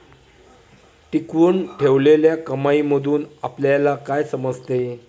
टिकवून ठेवलेल्या कमाईमधून आपल्याला काय समजते?